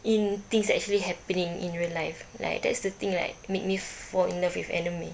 in things that actually happening in real life like that's the thing like make me fall in love with anime